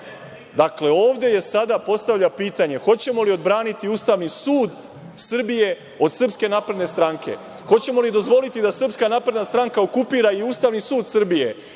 desi? Dakle, ovde se sada postavlja pitanje – hoćemo li odbraniti Ustavni sud Srbije od Srpske napredne stranke, hoćemo li dozvoliti da Srpska napredna stranka okupira i Ustavni sud Srbije